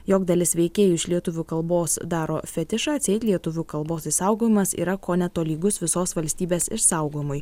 jog dalis veikėjų iš lietuvių kalbos daro fetišą atseit lietuvių kalbos išsaugojimas yra kone tolygus visos valstybės išsaugojimui